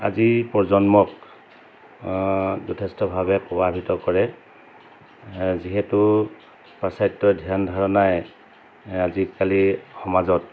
আজি প্ৰজন্মক যথেষ্টভাৱে প্ৰভাৱিত কৰে যিহেতু পাশ্চাত্য ধ্যান ধাৰণাই আজিকালি সমাজত